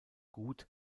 gut